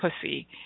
pussy